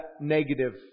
negative